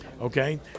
Okay